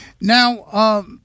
Now